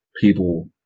people